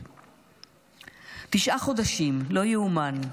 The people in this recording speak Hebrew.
תשעה חודשים, לא ייאמן.